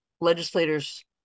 legislators